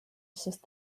sest